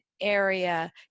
area